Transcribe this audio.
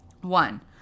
One